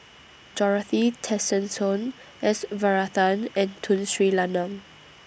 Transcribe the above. Dorothy Tessensohn S Varathan and Tun Sri Lanang